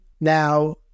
Now